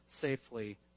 safely